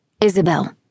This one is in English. Isabel